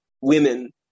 women